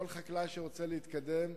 כל חקלאי שרוצה להתקדם,